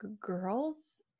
girls